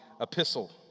epistle